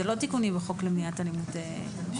זה לא תיקונים בחוק למניעת אלימות במשפחה.